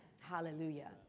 Hallelujah